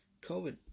covid